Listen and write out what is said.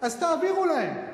אז תעבירו להם.